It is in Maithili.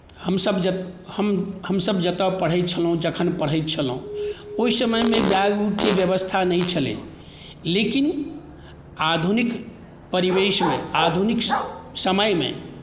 हमसभ जतय पढ़ैत छलहुँ जखन पढ़ैत छलहुँ ओहि समयमे बैग उगके व्यवस्था नहि छलै लेकिन आधुनिक परिवेशमे आधुनिक समयमे